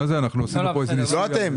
לא אתם.